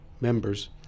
members